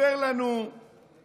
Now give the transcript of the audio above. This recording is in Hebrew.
סיפר לנו סיפורים